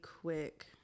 quick